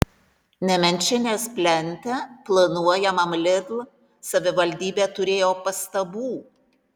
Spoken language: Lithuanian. nemenčinės plente planuojamam lidl savivaldybė turėjo pastabų